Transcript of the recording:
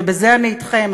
ובזה אני אתכם.